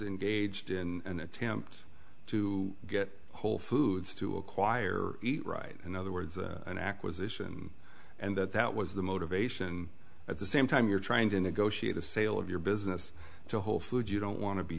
engaged in an attempt to get whole foods to acquire right in other words an acquisition and that that was the motivation at the same time you're trying to negotiate the sale of your business to whole foods you don't want to be